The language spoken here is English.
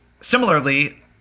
Similarly